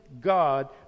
God